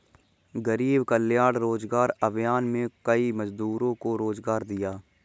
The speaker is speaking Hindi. गरीब कल्याण रोजगार अभियान में कई मजदूरों को रोजगार दिया